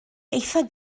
eithaf